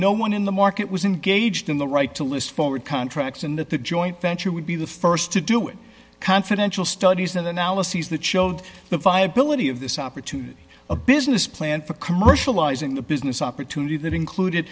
no one in the market was engaged in the right to list forward contracts in that the joint venture would be the st to do it confidential studies and analyses that showed the viability of this opportunity a business plan for commercializing the business opportunity that included